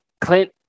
Clint